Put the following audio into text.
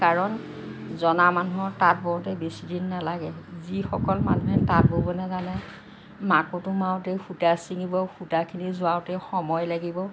কাৰণ জনা মানুহৰ তাঁত বওঁতে বেছিদিন নালাগে যিসকল মানুহে তাঁত বব নেজানে মাকোটো মাৰোঁতেই সূতা ছিঙিব সূতাখিনি জোৰাওঁতেই সময় লাগিব